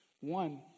One